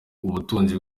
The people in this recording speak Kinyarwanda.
ubutunzi